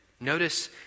Notice